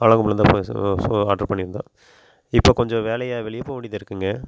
ஆலங்கொம்புலேருந்துதான் பேசுகிறோம் ஆ so order பண்ணிருந்தோம் இப்போ கொஞ்சம் வேலையக வெளிய போக வேண்டியதுருக்குங்க